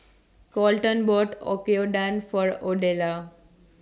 Coleton bought Oyakodon For Odelia